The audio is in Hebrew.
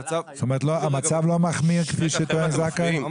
זאת אומרת, המצב לא מחמיר כפי שטוען זכאי?